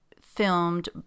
filmed